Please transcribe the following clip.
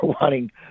wanting